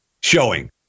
showing